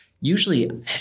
Usually